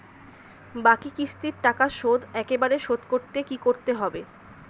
বাকি কিস্তির টাকা শোধ একবারে শোধ করতে কি করতে হবে?